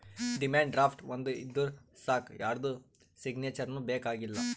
demand draft ಒಂದ್ ಇದ್ದೂರ್ ಸಾಕ್ ಯಾರ್ದು ಸಿಗ್ನೇಚರ್ನೂ ಬೇಕ್ ಆಗಲ್ಲ